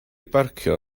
barcio